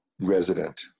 resident